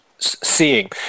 seeing